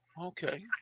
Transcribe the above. Okay